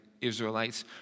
Israelites